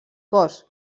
cos